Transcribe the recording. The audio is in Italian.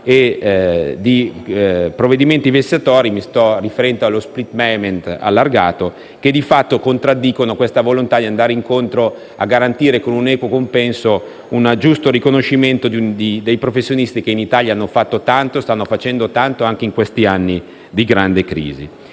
e di provvedimenti vessatori (mi sto riferendo allo *split payment* allargato) che, di fatto, contraddicono la volontà di andare incontro a garantire, con un equo compenso, un giusto riconoscimento dei professionisti che in Italia hanno fatto e stanno facendo tanto, anche in questi anni di grande crisi.